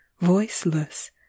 voiceless